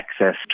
access